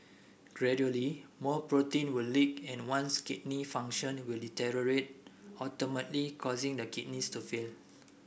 gradually more protein will leak and one's kidney function will deteriorate ultimately causing the kidneys to fail